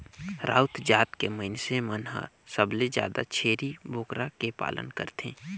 राउत जात के मइनसे मन हर सबले जादा छेरी बोकरा के पालन करथे